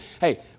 Hey